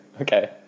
Okay